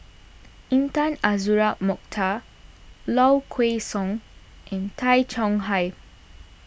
Intan Azura Mokhtar Low Kway Song and Tay Chong Hai